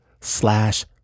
slash